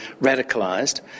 radicalised